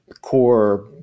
core